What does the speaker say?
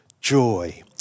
joy